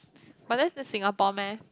but that's the Singapore meh